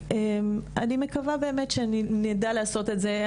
ואני מקווה שנדע לעשות את זה.